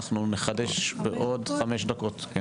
אנחנו נחדש דיון בעוד חמש דקות.